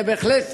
הם בהחלט